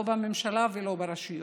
לא בממשלה ולא ברשויות,